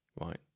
Right